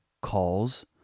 calls